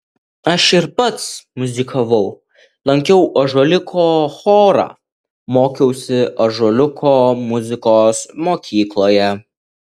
aš ir pats muzikavau lankiau ąžuoliuko chorą mokiausi ąžuoliuko muzikos mokykloje